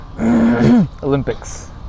Olympics